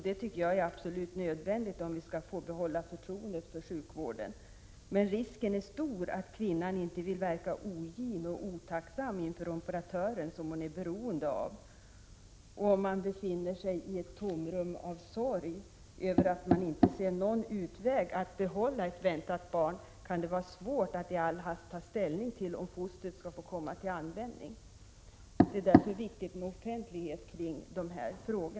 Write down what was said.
Det tycker jag är absolut nödvändigt, om vi skall få behålla förtroendet för sjukvården. Men risken är stor att kvinnan inte vill verka ogin och otacksam inför operatören, som hon är beroende av. Om man befinner sig i ett tomrum av sorg för att man inte ser någon utväg att behålla ett väntat barn, kan det vara svårt att i all hast ta ställning till om fostret skall få komma till användning. Det är därför viktigt med offentlighet kring dessa frågor.